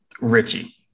Richie